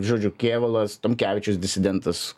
žodžiu kėvalas tomkevičius disidentas